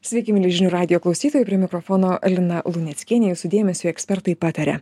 sveiki mieli žinių radijo klausytojai prie mikrofono lina luneckienė jūsų dėmesiui ekspertai pataria